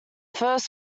first